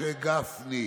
משה גפני,